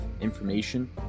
information